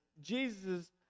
Jesus